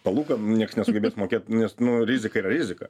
palūkanų nieks nesugebės mokėt nes nu rizika yra rizika